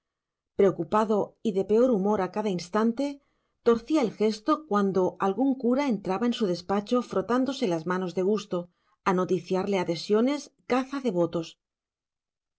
preocupado y de peor humor a cada instante torcía el gesto cuando algún cura entraba en su despacho frotándose las manos de gusto a noticiarle adhesiones caza de votos